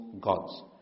gods